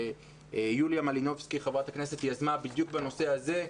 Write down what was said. שחברת הכנסת יוליה מלינובסקי יזמה בדיוק בנושא הזה.